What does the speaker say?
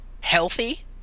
Healthy